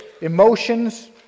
emotions